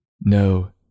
No